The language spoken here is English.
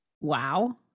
wow